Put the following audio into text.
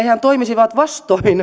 hehän toimisivat vastoin